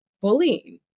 bullying